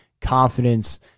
confidence